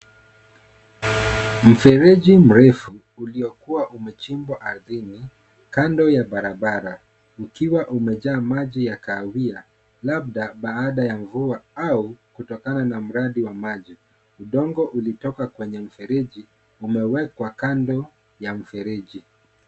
Mfereji mrefu uliokua umechimbwa ardhini kando ya barabara ukiwa umejaa maji ya kahawia labda baada ya mvua au kutokana na mradi wa maji, udongo uliotoka kwenye mfereji umeekwa kando ya mfereji.